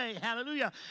hallelujah